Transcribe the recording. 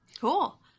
Cool